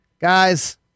Guys